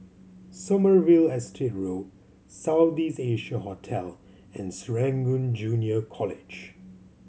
Sommerville Estate Road South East Asia Hotel and Serangoon Junior College